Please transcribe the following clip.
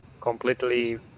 completely